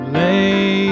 lay